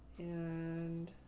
and.